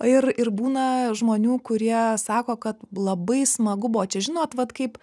ir ir būna žmonių kurie sako kad labai smagu buvo čia žinot vat kaip